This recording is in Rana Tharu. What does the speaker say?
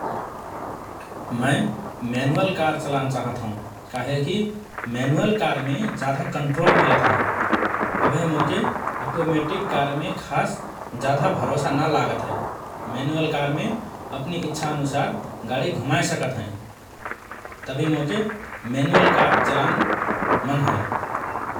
मए म्यानुअल कार चलान चाहत हओं काहेकि म्यानुअल कारमे जाधा कन्ट्रोल मिलत हए । अभए मोके अटोमेटीक कारमे खास जाधा भरोसा ना लागत हए । म्यानुअल कारमे अपनी इच्छा अनुसार गाडी घुमाए सकत हएँ । तभि मोके म्यानुअल कार चलान मन हए ।